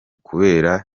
kubera